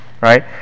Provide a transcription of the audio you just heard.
right